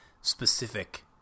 specific